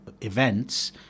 events